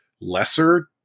lesser